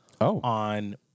on